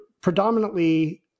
predominantly